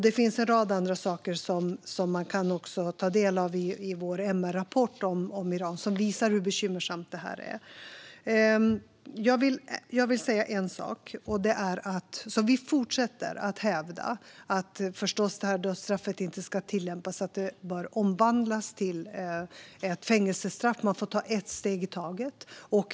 Det finns också en rad andra saker i vår MR-rapport om Iran som visar hur bekymmersamt detta är. Jag vill säga en sak till: Vi fortsätter förstås att hävda att detta dödsstraff inte ska tillämpas utan att det bör omvandlas till ett fängelsestraff. Man får ta ett steg i taget.